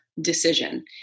decision